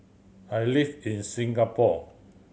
I live in Singapore